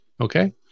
Okay